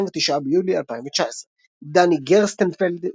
29 ביולי 2019 דני גרסטנפלד,